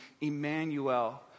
Emmanuel